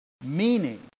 Meaning